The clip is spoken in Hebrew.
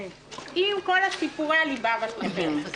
עם כל הסיפורים שלכם.